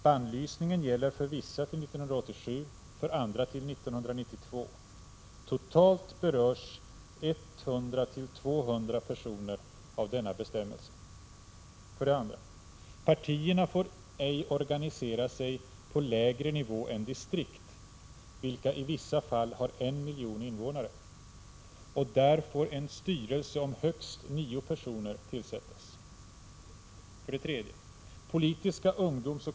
Bannlysningen gäller för vissa till 1987, för andra till 1992. Totalt berörs 100-200 personer av denna bestämmelse. 2. Partierna får ej organisera sig på lägre nivå än distrikt , och där får en styrelse om högst nio personer tillsättas.